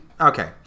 okay